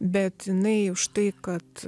bet jinai už tai kad